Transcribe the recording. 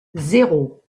zéro